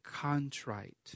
contrite